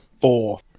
Four